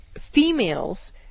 females